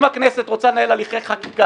אם הכנסת רוצה לנהל הליכי חקיקה,